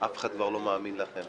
אף אחד כבר לא מאמין לכם,